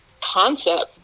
concept